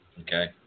Okay